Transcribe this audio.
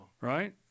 Right